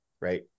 Right